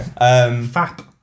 Fap